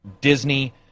Disney